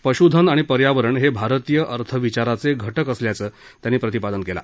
पशुधन आणि पर्यावरण हे भारतीय अर्थविचाराचे घटक असल्याचं त्यांनी प्रतिपादन केलं